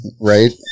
Right